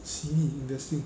simi investing